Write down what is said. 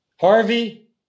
Harvey